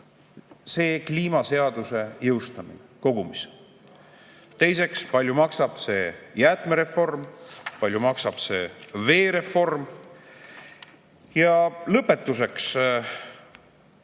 see kliimaseaduse jõustamine, kogumis? Teiseks, palju maksab see jäätmereform, palju maksab see veereform? Ja lõpetuseks,